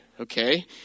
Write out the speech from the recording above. okay